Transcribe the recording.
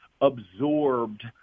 absorbed